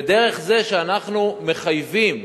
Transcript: ודרך זה שאנחנו מחייבים